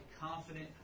confident